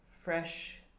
fresh